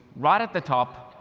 right at the top,